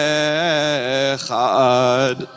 echad